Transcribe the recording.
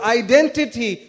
identity